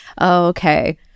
okay